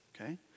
Okay